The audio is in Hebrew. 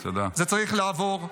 זה צריך לעבור.